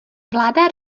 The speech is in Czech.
vláda